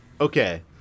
okay